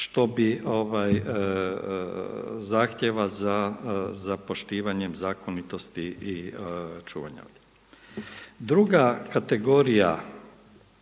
što bi zahtjeva za poštivanjem zakonitosti i čuvanja. Druga kategorija